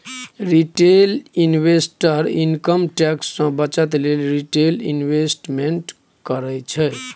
retail investor income tax सँ बचय लेल रिटेल इंवेस्टमेंट करय छै